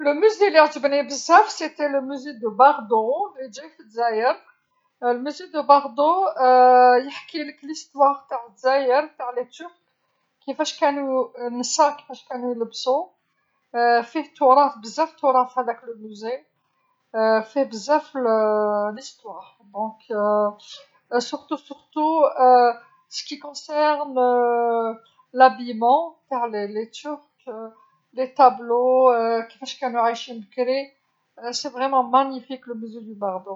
لمتحف اللي عجبني بزاف هوا متحف ذكراة، اللي جاي في دزاير متحف الذاكرة يحكيل الحكاية تع دزاير تع الأتراك كفاش كانو النسا كفاش كلنو يلبسو فيه تراث بزاف تراث هذاك المتحف، فيه بزاف الحكيات إذن قبل كل شيء قبل كل شيء خاصة الملابس تع الأتراك و اللوحات كفاش كانو عيشين بكري، حقا إنه رائع متحف الذاكرة.